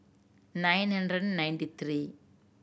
nine hundred ninety three